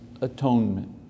atonement